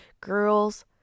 Girls